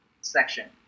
section